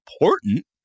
important